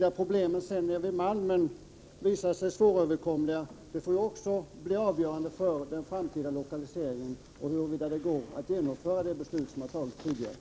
Om problemen vid Malmen visar sig svåröverkomliga är det också något som får bli avgörande för den framtida lokaliseringen och för frågan huruvida det går att genomföra det beslut som tidigare fattats.